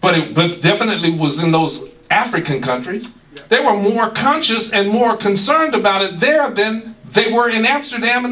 but it definitely was in those african countries they were more conscious and more concerned about their out then they were in amsterdam in